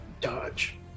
dodge